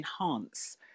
enhance